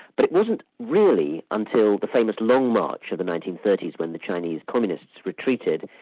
but it wasn't really until the famous long march of the nineteen thirty s when the chinese communists retreated,